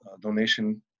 donation